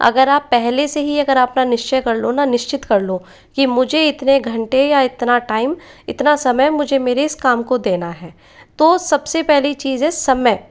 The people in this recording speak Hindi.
अगर आप पहले से ही अगर आप ना निश्चय कर लो ना निश्चित कर लो कि मुझे इतनी घंटे या इतना टाइम इतना समय मुझे मेरे इस काम को देना है तो सब से पहली चीज़ है समय